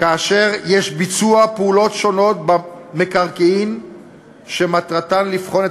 כאשר מתבצעות פעולות שונות במקרקעין שמטרתן לבחון את